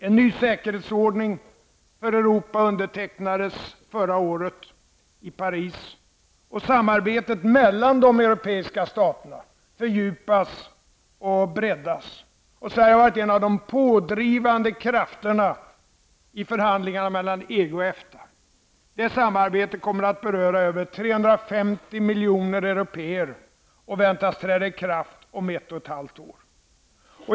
En ny säkerhetsordning för Europa undertecknades förra året i Paris, och samarbetet mellan de europeiska staterna fördjupas och breddas. Sverige har varit en av de pådrivande krafterna i förhandlingarna mellan EG och EFTA. Det samarbetet kommer att beröra över 350 miljoner européer. Avtalet väntas träda i kraft om ett och ett halvt år.